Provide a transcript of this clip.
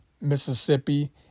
Mississippi